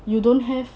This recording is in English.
you don't have